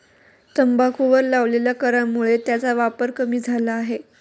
तंबाखूवर लावलेल्या करामुळे त्याचा वापर कमी झाला आहे